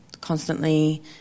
constantly